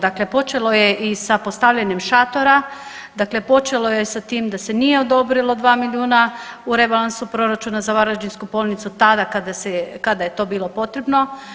Dakle počelo je i sa postavljanjem šatora, dakle počelo je sa tim da se nije odobrilo 2 milijuna u rebalansu proračuna za varaždinsku bolnicu tada kada je to bilo potrebno.